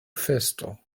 festo